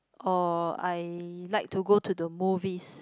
or I like to go to the movies